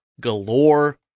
galore